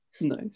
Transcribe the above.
Nice